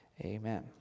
Amen